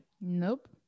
Nope